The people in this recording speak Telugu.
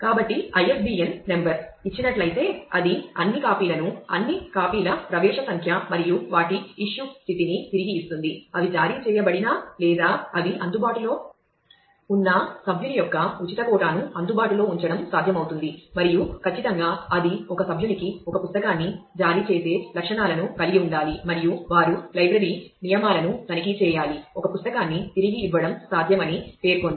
కాబట్టి ISBN నంబర్ ఇచ్చినట్లయితే అది అన్ని కాపీలను అన్ని కాపీల ప్రవేశ సంఖ్య మరియు వాటి ఇష్యూ స్థితిని తిరిగి ఇస్తుంది అవి జారీ చేయబడినా లేదా అవి అందుబాటులో ఉన్నా సభ్యుని యొక్క ఉచిత కోటాను అందుబాటులో ఉంచడం సాధ్యమవుతుంది మరియు ఖచ్చితంగా అది ఒక సభ్యునికి ఒక పుస్తకాన్ని జారీ చేసే లక్షణాలను కలిగి ఉండాలి మరియు వారు లైబ్రరీ నియమాలను తనిఖీ చేయాలి ఒక పుస్తకాన్ని తిరిగి ఇవ్వడం సాధ్యమని పేర్కొంది